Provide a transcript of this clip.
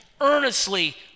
earnestly